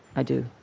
i do